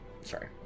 sorry